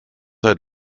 sei